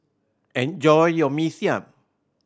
enjoy your Mee Siam